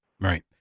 Right